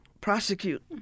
prosecute